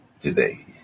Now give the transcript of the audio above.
today